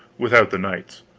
without the knights.